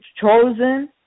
chosen